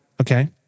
okay